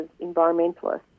environmentalists